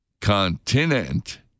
continent